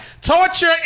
torture